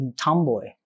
tomboy